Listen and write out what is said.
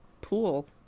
pool